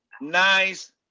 nice